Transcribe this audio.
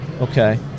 Okay